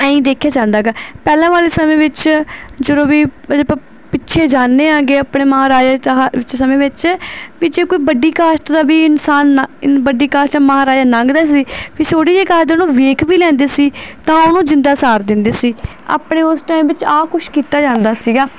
ਐਂ ਹੀ ਦੇਖਿਆ ਜਾਂਦਾ ਹੈਗਾ ਪਹਿਲਾਂ ਵਾਲੇ ਸਮੇਂ ਵਿੱਚ ਜਦੋਂ ਵੀ ਆਪਾਂ ਪਿੱਛੇ ਜਾਨੇ ਹੈਗੇ ਆਪਣੇ ਮਹਾਰਾਜਾ ਵਿੱਚ ਸਮੇਂ ਵਿੱਚ ਵੀ ਜੇ ਕੋਈ ਵੱਡੀ ਕਾਸਟ ਦਾ ਵੀ ਇਨਸਾਨ ਆ ਵੱਡੀ ਕਾਸਟ ਦਾ ਮਹਾਰਾਜਾ ਲੰਘਦਾ ਸੀ ਛੋਟੀ ਜੇ ਕਾਸਟ ਦੇ ਉਹਨੂੰ ਵੇਖ ਵੀ ਲੈਂਦੇ ਸੀ ਤਾਂ ਉਹਨੂੰ ਜਿੰਦਾ ਸਾੜ ਦਿੰਦੇ ਸੀ ਆਪਣੇ ਉਸ ਟਾਈਮ ਵਿਚ ਆਹ ਕੁਛ ਕੀਤਾ ਜਾਂਦਾ ਸੀਗਾ